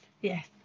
yes